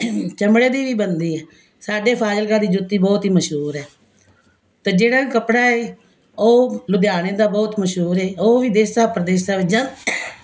ਚਮੜੇ ਦੀ ਵੀ ਬਣਦੀ ਹੈ ਸਾਡੇ ਫਾਜ਼ਿਲਕਾ ਦੀ ਜੁੱਤੀ ਬਹੁਤ ਹੀ ਮਸ਼ਹੂਰ ਹੈ ਅਤੇ ਜਿਹੜਾ ਵੀ ਕੱਪੜਾ ਹੈ ਉਹ ਲੁਧਿਆਣੇ ਦਾ ਬਹੁਤ ਮਸ਼ਹੂਰ ਹੈ ਉਹ ਵੀ ਦੇਸਾਂ ਪ੍ਰਦੇਸਾਂ ਵਿੱਚ